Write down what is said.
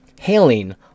hailing